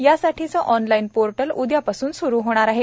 यासाठीचं online portal उद्यापासून स्रु होणार आहे